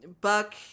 Buck